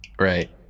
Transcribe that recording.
Right